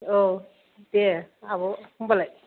औ दे आब' होनबालाय